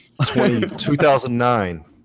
2009